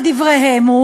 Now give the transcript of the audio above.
לדבריהם,